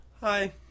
Hi